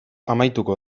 amaituko